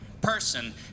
person